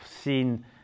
seen